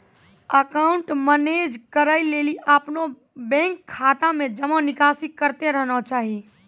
account manage करै लेली अपनो बैंक खाता मे जमा निकासी करतें रहना चाहि